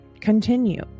continue